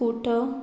scooter